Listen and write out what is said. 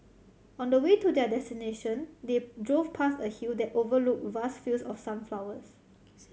on the way to their destination they drove past a hill that overlooked vast fields of sunflowers